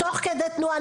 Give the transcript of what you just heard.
תוך כדי תנועה,